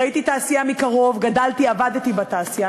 ראיתי תעשייה מקרוב, גדלתי, עבדתי בתעשייה.